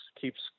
keeps